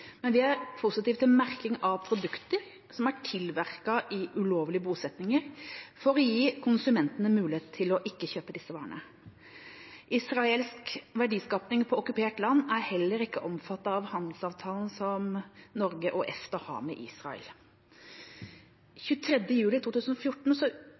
men positive til merking av produkter som er tilvirket i ulovlige bosettinger, for å gi konsumentene mulighet til ikke å kjøpe disse varene. Israelsk verdiskaping på okkupert land er heller ikke omfattet av handelsavtalen Norge og EFTA har med Israel.